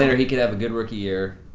and he could have a good rookie year,